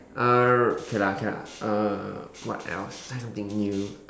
err K lah K lah what else try something new